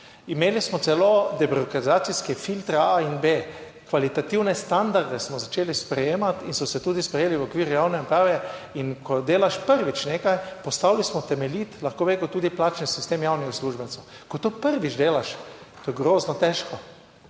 Imeli smo celo debirokratizacijske filtre a in b. Kvalitativne standarde smo začeli sprejemati in so se tudi sprejeli v okviru javne uprave in ko delaš prvič nekaj, postavili smo temeljit, lahko bi rekel tudi plačni sistem javnih uslužbencev. Ko to prvič delaš, to je grozno težko.